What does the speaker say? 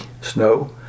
Snow